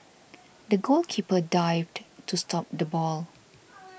the goalkeeper dived to stop the ball